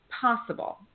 possible